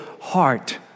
heart